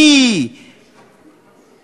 מי